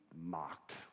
mocked